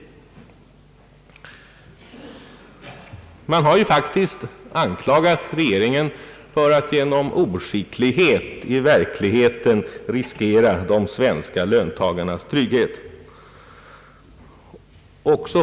Man har faktiskt anklagat regeringen för att genom oskicklighet i verkligheten riskera de svenska löntagarnas trygghet.